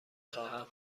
خواهم